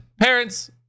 parents